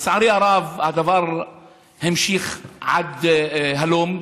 לצערי הרב, הדבר המשיך עד הלום.